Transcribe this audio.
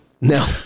No